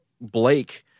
Blake